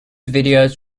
videos